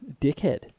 dickhead